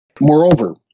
Moreover